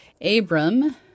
Abram